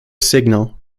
signal